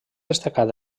destacat